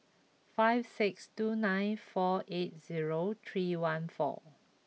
five six two nine four eight zero three one four